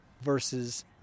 versus